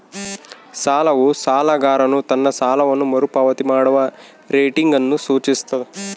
ಸಾಲವು ಸಾಲಗಾರನು ತನ್ನ ಸಾಲವನ್ನು ಮರುಪಾವತಿ ಮಾಡುವ ರೇಟಿಂಗ್ ಅನ್ನು ಸೂಚಿಸ್ತದ